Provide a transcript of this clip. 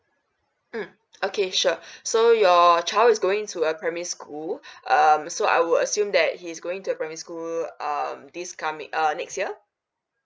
mm okay sure so your child is going to a primary school um so I would assume that he is going to primary school um this coming err next year